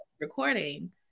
recording